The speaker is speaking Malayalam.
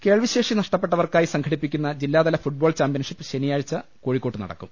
കേൾവിശേഷി നഷ്ടപ്പെട്ടവർക്കായി സംഘടിപ്പിക്കു ന്ന ജില്ലാതല ഫുട്ബോൾ ചാമ്പ്യൻഷിപ്പ് ശനിയാഴ്ച കോഴിക്കോട്ട് നടക്കും